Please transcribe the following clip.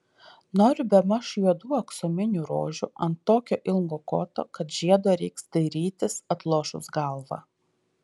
noriu bemaž juodų aksominių rožių ant tokio ilgo koto kad žiedo reiks dairytis atlošus galvą